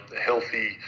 healthy